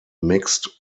mixed